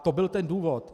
To byl ten důvod.